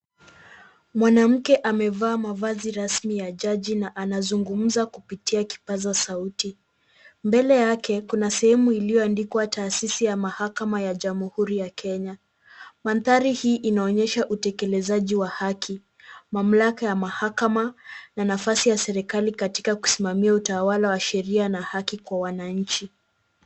Mwanamke amevaa mavazi rasmi ya jaji na anazungumza kupitia kipaza sauti. Mbele yake kuna sehemu iliyoandikwa Taasisi ya Mahakama ya Jamuhuri ya Kenya. Mandhari hii inaonyesha utekelezaji wa haki, mamlaka ya mahakama na nafasi ya serikali katika kusimamia utawala wa sheria na haki kwa wananchi.